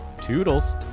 Toodles